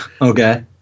okay